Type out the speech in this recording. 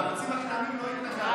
הערוצים הקטנים, לא התנגדנו.